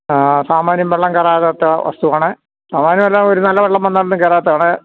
സാമാന്യം വെള്ളം കയറാത്ത വസ്തുവാണ് സാമാന്യമല്ല ഒരു നല്ല വെള്ളം വന്നാലൊന്നും കയറാത്തതാണ്